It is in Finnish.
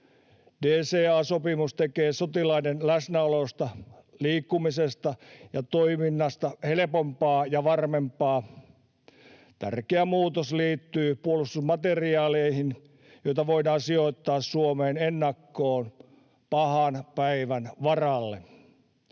DCA-sopimus tekee sotilaiden läsnäolosta, liikkumisesta ja toiminnasta helpompaa ja varmempaa. Tärkeä muutos liittyy puolustusmateriaaleihin, joita voidaan sijoittaa Suomeen ennakkoon pahan päivän varalle.